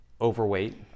overweight